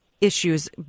issues